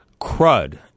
crud